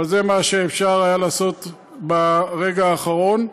אבל זה מה שהיה אפשר לעשות ברגע האחרון.